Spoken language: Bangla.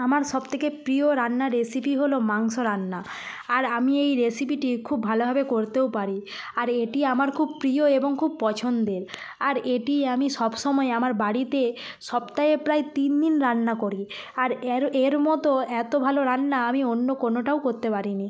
আমার সবথেকে প্রিয় রান্নার রেসিপি হলো মাংস রান্না আর আমি এই রেসিপিটি খুব ভালোভাবে করতেও পারি আর এটি আমার খুব প্রিয় এবং খুব পছন্দের আর এটি আমি সবসময় আমার বাড়িতে সপ্তাহে প্রায় তিন দিন রান্না করি আর এর এর মতো এত ভালো রান্না আমি অন্য কোনোটাও করতে পারিনি